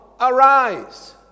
arise